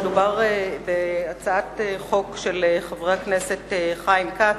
מדובר בהצעת חוק של חברי הכנסת חיים כץ,